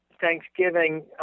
Thanksgiving